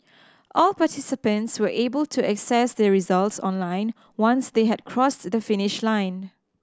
all participants were able to access their results online once they had crossed the finish line